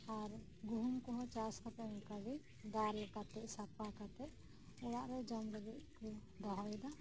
ᱟᱨ ᱜᱩᱦᱩᱢ ᱠᱚᱦᱚᱸ ᱪᱟᱥᱠᱟᱛᱮᱜ ᱚᱱᱠᱟᱜᱤ ᱫᱟᱞ ᱠᱟᱛᱮᱜ ᱥᱟᱯᱷᱟ ᱠᱟᱛᱮᱜ ᱚᱲᱟᱜ ᱨᱮ ᱡᱚᱢ ᱞᱟᱹᱜᱤᱫ ᱠᱩ ᱫᱚᱦᱚᱭᱮᱫᱟ